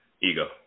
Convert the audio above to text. Ego